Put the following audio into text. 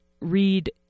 read